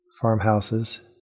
farmhouses